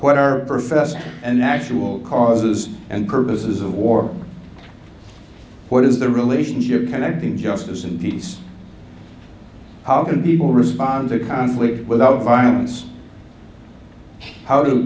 what are professed and actual causes and purposes of war what is the relationship connecting justice and peace how can people respond to conflict without violence how